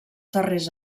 darrers